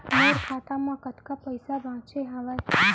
मोर खाता मा कतका पइसा बांचे हवय?